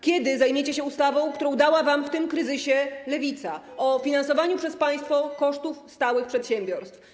Kiedy zajmiecie się ustawą, którą dała wam w tym kryzysie Lewica, o finansowaniu przez państwo kosztów stałych przedsiębiorstw?